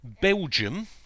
Belgium